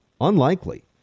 unlikely